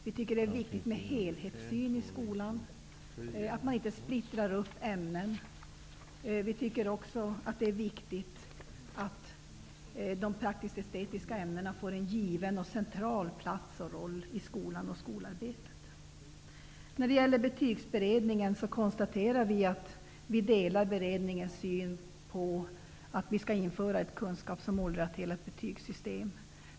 Vi tycker det är viktigt med helhetssyn i skolan och att man inte splittrar upp ämnen. Vi tycker också att det är viktigt att de praktiskt-estetiska ämnena får en given och central plats i skolan och skolarbetet. När det gäller Betygsberedningen konstaterar vi att vi delar beredningens syn på att det skall införas ett kunskaps och målrelaterat betygssystem.